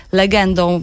legendą